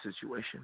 situation